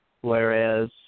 whereas